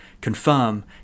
confirm